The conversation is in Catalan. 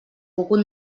cucut